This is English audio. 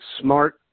smart